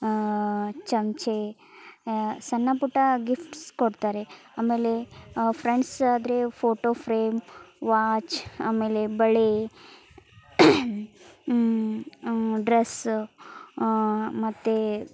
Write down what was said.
ಚಮ್ಚ ಸಣ್ಣಪುಟ್ಟ ಗಿಫ್ಟ್ಸ್ ಕೊಡ್ತಾರೆ ಆಮೇಲೆ ಫ್ರೆಂಡ್ಸಾದರೆ ಫೋಟೋ ಫ್ರೇಮ್ ವಾಚ್ ಆಮೇಲೆ ಬಳೆ ಡ್ರೆಸ್ಸು ಮತ್ತು